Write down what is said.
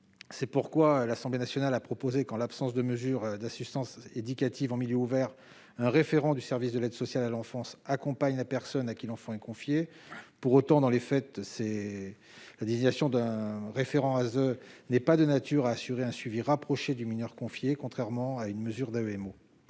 C'est pourquoi l'Assemblée nationale a proposé que, en l'absence de mesures d'assistance éducative en milieu ouvert, un référent du service de l'aide sociale à l'enfance accompagne la personne à qui l'enfant est confié. Pour autant, dans les faits, la désignation d'un référent de l'ASE n'est pas de nature à assurer un suivi rapproché du mineur confié, contrairement à une mesure d'AEMO.